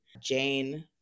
Jane